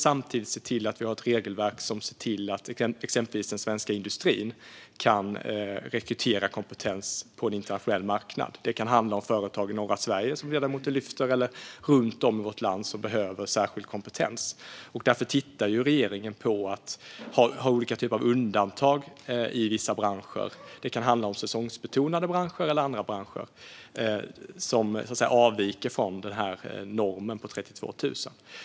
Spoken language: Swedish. Samtidigt behöver vi ha ett regelverk som ser till att exempelvis den svenska industrin kan rekrytera kompetens på en internationell marknad. Det kan handa om företag i norra Sverige, som ledamoten lyfter, eller runt om i vårt land som behöver särskild kompetens. Därför tittar regeringen på att ha olika typer av undantag i vissa branscher. Det kan handla om säsongsbetonade branscher eller andra branscher som avviker från normen på 32 000.